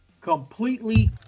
completely